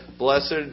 Blessed